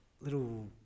little